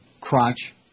crotch